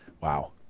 Wow